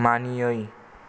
मानियै